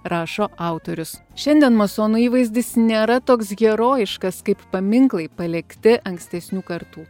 rašo autorius šiandien masonų įvaizdis nėra toks herojiškas kaip paminklai palikti ankstesnių kartų